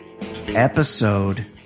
episode